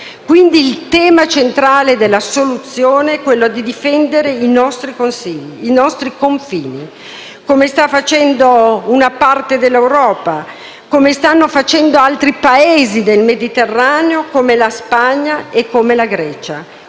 Quindi il tema centrale della soluzione è quello di difendere i nostri confini, come sta facendo una parte dell'Europa, come stanno facendo altri Paesi del Mediterraneo come la Spagna e la Grecia.